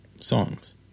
songs